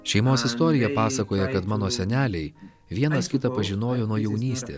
šeimos istorija pasakoja kad mano seneliai vienas kitą pažinojo nuo jaunystės